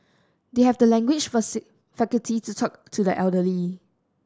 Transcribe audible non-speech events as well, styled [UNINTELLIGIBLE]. they have the language [UNINTELLIGIBLE] faculty to talk to the elderly